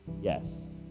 Yes